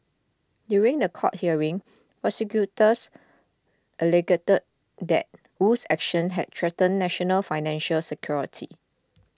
during the court hearing prosecutors that Wu's actions had threatened national financial security